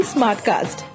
Smartcast।